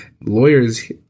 lawyers